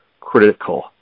critical